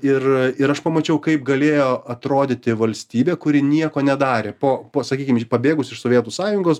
ir ir aš pamačiau kaip galėjo atrodyti valstybė kuri nieko nedarė po po sakykim iš pabėgus iš sovietų sąjungos